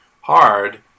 hard